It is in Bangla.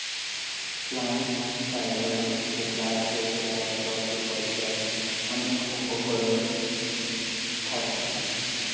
প্লান্ট ফাইবার হতিছে গাছ হইতে পাওয়া তন্তু ফল যার অনেক উপকরণ থাকতিছে